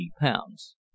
pounds